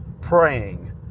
praying